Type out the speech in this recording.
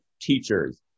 teachers